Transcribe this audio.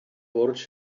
burj